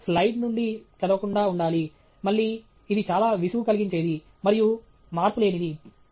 మీరు స్లయిడ్ నుండి చదవకుండా ఉండాలి మళ్ళీ ఇది చాలా విసుగు కలిగించేది మరియు మార్పులేనిది